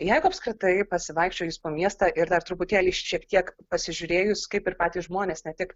jeigu apskritai pasivaikščiojus po miestą ir dar truputėlį šiek tiek pasižiūrėjus kaip ir patys žmonės ne tik